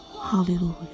hallelujah